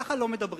ככה לא מדברים.